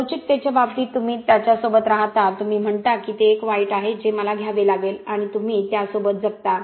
लवचिकतेच्या बाबतीत तुम्ही त्याच्यासोबत राहता तुम्ही म्हणता की ते एक वाईट आहे जे मला घ्यावे लागेल आणि तुम्ही त्यासोबत जगता